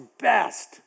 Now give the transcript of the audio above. best